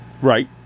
Right